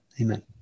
amen